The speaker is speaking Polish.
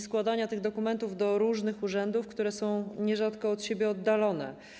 Składa się te dokumenty do różnych urzędów, które są nierzadko od siebie oddalone.